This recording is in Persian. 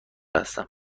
هستم